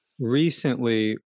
recently